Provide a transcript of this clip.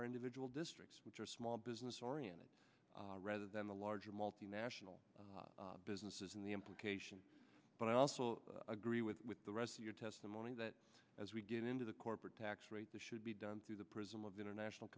our individual districts which are small business oriented rather than the larger multinational businesses in the implication but i also agree with the rest of your testimony that as we get into the corporate tax rate that should be done through the prism of international